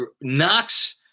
Knox